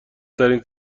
ترین